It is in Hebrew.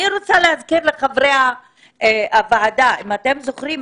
אני רוצה להזכיר לחברי הוועדה: אם אתם זוכרים,